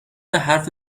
حرف